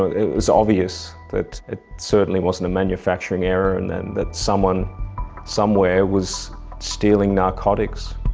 ah it was obvious that it certainly wasn't a manufacturing error and then that someone somewhere was stealing narcotics.